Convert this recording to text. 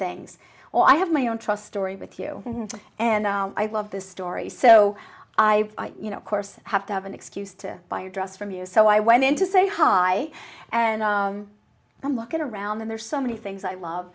things well i have my own trust story with you and i love this story so i you know of course have to have an excuse to buy a dress from you so i went in to say hi and i'm looking around and there's so many things i love